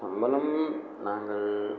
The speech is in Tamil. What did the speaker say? சம்பளம் நாங்கள்